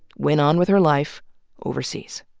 went on with her life overseas.